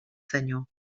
senyor